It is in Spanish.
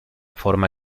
forma